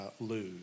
lose